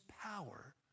power